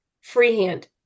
freehand